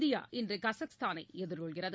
India இன்று கஜகஸ்தானை எதிர்கொள்கிறது